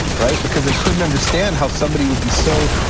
right, because they couldn't understand how somebody would be so